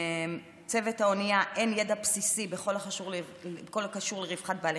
לצוות האנייה אין ידע בסיסי בכל הקשור ברווחת בעלי